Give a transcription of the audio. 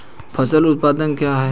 फसल उत्पादन क्या है?